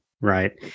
right